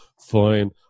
fine